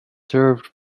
served